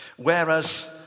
whereas